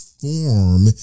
form